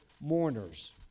mourners